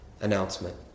announcement